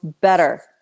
better